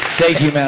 thank you man,